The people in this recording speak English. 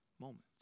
moments